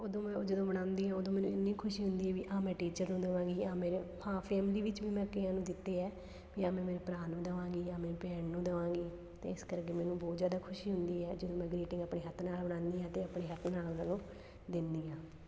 ਉਦੋਂ ਮੈਂ ਜਦੋਂ ਬਣਾਉਂਦੀ ਹਾਂ ਉਦੋਂ ਮੈਨੂੰ ਇੰਨੀ ਖੁਸ਼ੀ ਹੁੰਦੀ ਵੀ ਆਹ ਮੈਂ ਟੀਚਰ ਨੂੰ ਦੇਵਾਂਗੀ ਆਹ ਮੇਰੇ ਹਾਂ ਫੇਮਲੀ ਵਿੱਚ ਵੀ ਮੈਂ ਕਈਆਂ ਨੂੰ ਦਿੱਤੇ ਹੈ ਜਾਂ ਮੈਂ ਮੇਰੇ ਭਰਾ ਨੂੰ ਦੇਵਾਂਗੀ ਜਾਂ ਮੇਰੇ ਭੈਣ ਨੂੰ ਦੇਵਾਂਗੀ ਅਤੇ ਇਸ ਕਰਕੇ ਮੈਨੂੰ ਬਹੁਤ ਜ਼ਿਆਦਾ ਖੁਸ਼ੀ ਹੁੰਦੀ ਹੈ ਜਦੋਂ ਮੈਂ ਗ੍ਰੀਟਿੰਗ ਆਪਣੇ ਹੱਥ ਨਾਲ ਬਣਾਉਂਦੀ ਹਾਂ ਅਤੇ ਆਪਣੇ ਹੱਥ ਨਾਲ ਉਹਨਾਂ ਨੂੰ ਦਿੰਦੀ ਹਾਂ